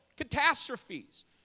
catastrophes